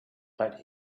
but